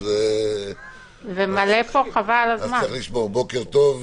אתה מציג יואב, ואחר כך ניתן לשרה להוסיף את שלה,